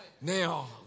Now